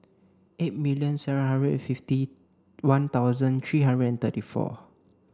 eight million seven hundred fifty one thousand three hundred and thirty four